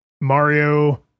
Mario